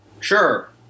Sure